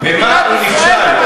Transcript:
במה הוא נכשל?